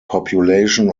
population